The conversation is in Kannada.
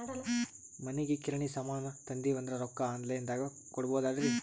ಮನಿಗಿ ಕಿರಾಣಿ ಸಾಮಾನ ತಂದಿವಂದ್ರ ರೊಕ್ಕ ಆನ್ ಲೈನ್ ದಾಗ ಕೊಡ್ಬೋದಲ್ರಿ?